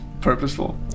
purposeful